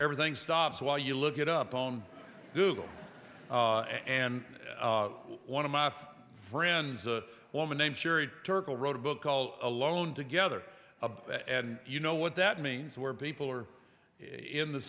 everything stops while you look it up on google and one of my fb friends a woman named turkle wrote a book called alone together and you know what that means where people are in the